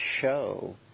show